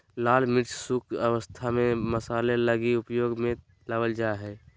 लाल मिर्च शुष्क अवस्था में मसाले लगी उपयोग में लाबल जा हइ